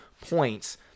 points